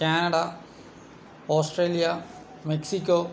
Canada Australia Mexico